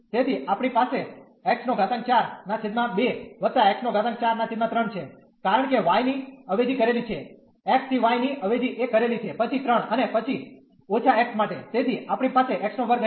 તેથીઆપણી પાસે છે કારણ કે y ની અવેજી કર્રેલી છે x થી y ની અવેજી એ કરેલી છે પછી 3 અને પછી ઓછા x માટે તેથી આપણી પાસે x2 અહી